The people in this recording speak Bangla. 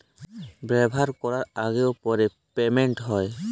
ব্যাভার ক্যরার আগে আর পরে পেমেল্ট হ্যয়